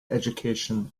education